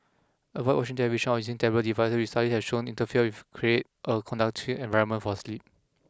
avoid watching television or using tablet devices which studies have shown interfere if create a conductive environment for sleep